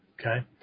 okay